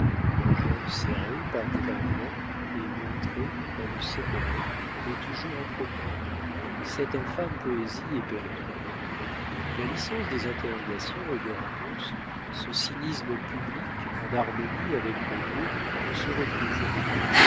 leurs jambes serrées par des bas blancs et montrées on ne sait comment mais toujours à propos toute cette infâme poésie est perdue la licence des interrogations et des réponses ce cynisme public en harmonie avec le lieu ne se retrouve plus